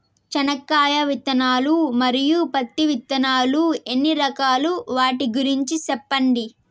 చెనక్కాయ విత్తనాలు, మరియు పత్తి విత్తనాలు ఎన్ని రకాలు వాటి గురించి సెప్పండి?